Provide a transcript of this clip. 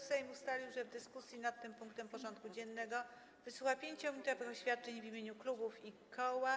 Sejm ustalił, że w dyskusji nad tym punktem porządku dziennego wysłucha 5-minutowych oświadczeń w imieniu klubów i koła.